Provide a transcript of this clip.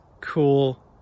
cool